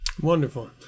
Wonderful